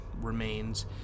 remains